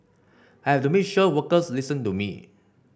I have to make sure workers listen to me